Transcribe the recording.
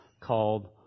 called